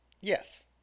Yes